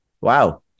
Wow